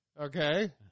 Okay